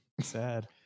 Sad